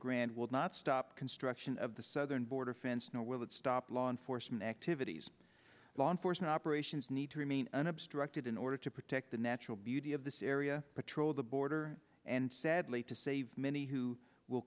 grande will not stop construction of the southern border fence now will it stop law enforcement activities law enforcement operations need to remain unobstructed in order to protect the natural beauty of this area patrol the border and sadly to save many who will